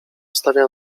stawia